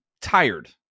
tired